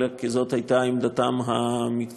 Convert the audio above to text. אלא כי זאת הייתה עמדתם המקצועית.